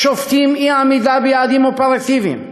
איך שופטים אי-עמידה ביעדים אופרטיביים,